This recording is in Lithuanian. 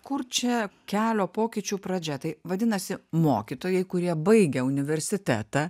kur čia kelio pokyčių pradžia tai vadinasi mokytojai kurie baigę universitetą